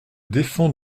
défends